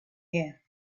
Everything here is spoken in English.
here